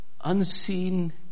unseen